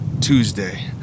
Tuesday